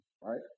right